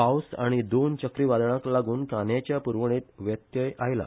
पावस आनी दोन चक्रीवादळांक लागुन कांद्याच्या पुरवणेत व्यत्यय आयला